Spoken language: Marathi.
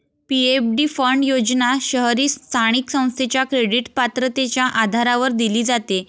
पी.एफ.डी फंड योजना शहरी स्थानिक संस्थेच्या क्रेडिट पात्रतेच्या आधारावर दिली जाते